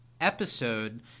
Episode